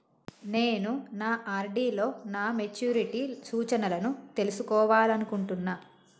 నేను నా ఆర్.డి లో నా మెచ్యూరిటీ సూచనలను తెలుసుకోవాలనుకుంటున్నా